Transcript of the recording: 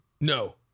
No